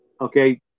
Okay